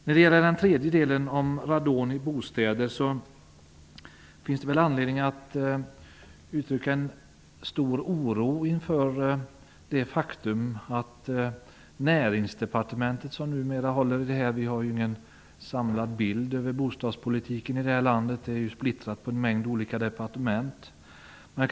När det gäller den tredje delen, om radon i bostäder, finns det anledning att uttrycka en stor oro. Numera är det Näringsdepartementet som håller i den frågan. Vi har ju ingen samlad bild över bostadspolitiken i Sverige, utan den är splittrad på en mängd departement.